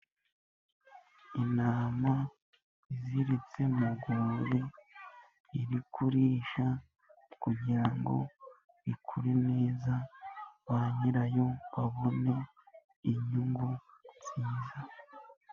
Intama iziritse mu rwuri iri kurisha, kugira ngo ikure neza ba nyirayo babone inyungu nziza.